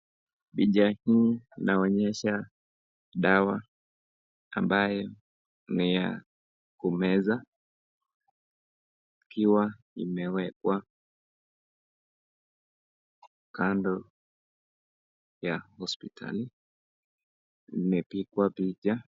Picha hii inaonyesha picha dawa ambaye ya kumeza ikiwa imewekwa kando ya hospitali imepikwa picha.